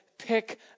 Pick